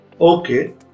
okay